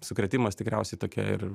sukrėtimas tikriausiai tokia ir